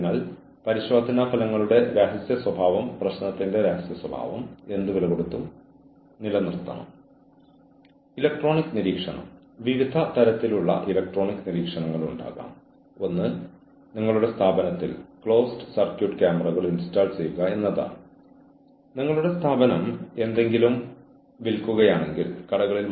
അതിനാൽ ആരെങ്കിലും ജോലി ചെയ്യാൻ ആഗ്രഹിക്കുന്നുവെങ്കിൽ എന്നാൽ എന്തെങ്കിലും കാരണവശാൽ ജീവനക്കാരന് നന്നായി പ്രവർത്തിക്കാൻ കഴിയില്ലയെങ്കിൽ നിങ്ങൾ അച്ചടക്ക പ്രക്രിയ ആരംഭിക്കുമ്പോൾ പ്രാരംഭ അവസ്ഥയിൽ വാക്കാലുള്ള മുന്നറിയിപ്പ് ആവും